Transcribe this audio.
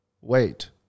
wait